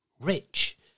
rich